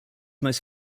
most